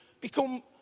become